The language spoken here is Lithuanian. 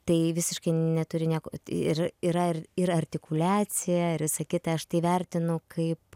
tai visiškai neturi nieko ir yra ir ir artikuliacija ir visa kita aš tai vertinu kaip